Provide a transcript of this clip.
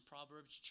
Proverbs